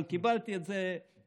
אבל קיבלתי את זה בחיוך.